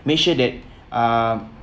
make sure that um